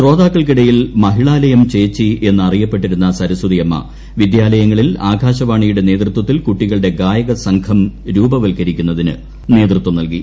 ശ്രോതാക്കൾക്കിടയിൽ മഹിളാലയം ചേച്ചി എന്ന് അറിയപ്പെട്ടിരുന്ന സരസ്വതി അമ്മ വിദ്യാലയങ്ങളിൽ ആകാശവാണിയുടെ നേതൃത്വത്തിൽ കുട്ടികളുടെ ഗായകസംഘം രൂപവൽക്കരിക്കുന്നതിന് നേതൃത്വം നൽകി